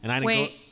Wait